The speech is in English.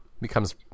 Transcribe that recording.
becomes